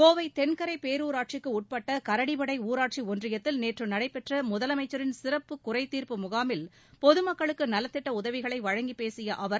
கோவை தெள்கரை பேரூராட்சிக்கு உட்பட்ட கரடிமடை ஊராட்சி ஒன்றியத்தில் நேற்று நடைபெற்ற முதலமைச்சரின் சிறப்பு குறை தீர்ப்பு முகாமில் பொது மக்களுக்கு நலத்திட்ட உதவிகளை வழங்கிப் பேசிய அவர்